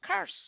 curse